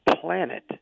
planet